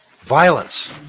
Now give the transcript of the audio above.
Violence